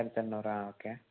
ആയിരത്തെണ്ണൂറാ ആ ഓക്കേ